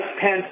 Pence